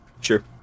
Sure